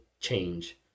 change